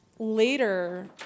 Later